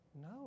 no